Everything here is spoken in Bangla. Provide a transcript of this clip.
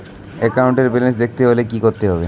একাউন্টের ব্যালান্স দেখতে হলে কি করতে হবে?